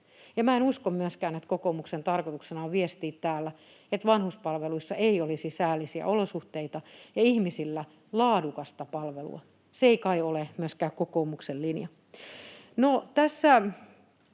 En usko myöskään, että kokoomuksen tarkoituksena on viestiä täällä, että vanhuspalveluissa ei olisi säällisiä olosuhteita ja ihmisillä laadukasta palvelua. Se ei kai ole myöskään kokoomuksen linja.